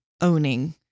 owning